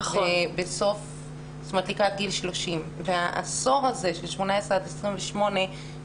לקראת גילאי 30. מה קורה עם גילאי 18 עד 28?